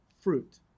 fruit